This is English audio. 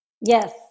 Yes